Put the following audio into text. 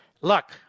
Look